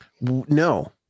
No